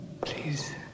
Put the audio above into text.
Please